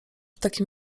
takim